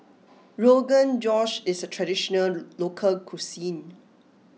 Rogan Josh is a traditional local cuisine